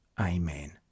Amen